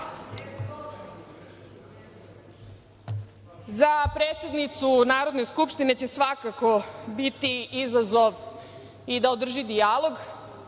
predsednicu Narodne skupštine će svakako biti izazov i da održi dijalog